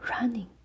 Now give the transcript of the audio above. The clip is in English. running